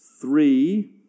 three